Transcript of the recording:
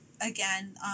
again